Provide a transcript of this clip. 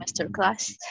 Masterclass